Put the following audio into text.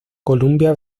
columbia